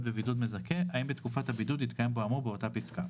בבידוד מזכה" האם בתקופת הבידוד התקיים בו האמור באותה פסקה.